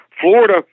Florida